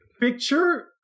picture